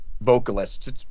vocalists